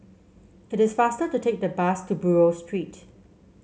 it is faster to take the bus to Buroh Street